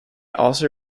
also